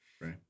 Right